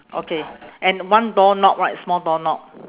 okay and one door knob right small door knob